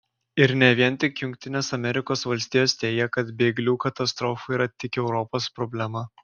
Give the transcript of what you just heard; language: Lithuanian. ir ne vien tik jungtinės amerikos valstijos teigia kad bėglių katastrofa yra tik europos problema